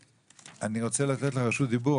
אני רוצה לתת לך רשות דיבור,